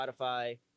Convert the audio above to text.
spotify